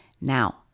Now